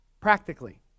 practically